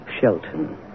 Shelton